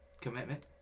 commitment